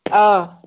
ꯑꯥ